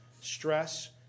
stress